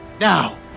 now